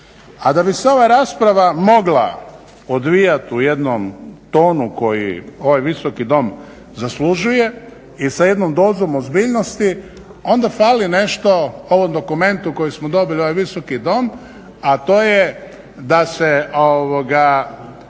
A da bi se ova rasprava mogla odvijat u jednom tonu koji ovaj Visoki dom zaslužuje i sa jednom dozom ozbiljnosti onda fali nešto ovom dokumentu koji smo dobili ovaj Visoki dom, a to je da se